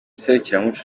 serukiramuco